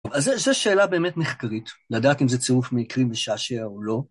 אז זה שאלה באמת מחקרית, לדעת אם זה צירוף מקרים משעשע או לא.